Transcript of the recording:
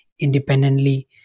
independently